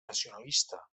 nacionalista